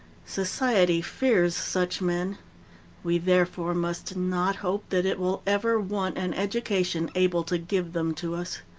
society fears such men we therefore must not hope that it will ever want an education able to give them to us.